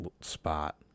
spot